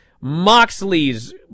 Moxley's